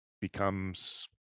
becomes